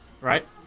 right